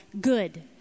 good